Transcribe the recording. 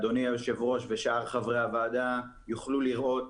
אדוני היושב ראש ושאר חברי הוועדה יוכלו לראות